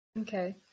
Okay